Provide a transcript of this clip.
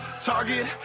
target